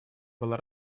было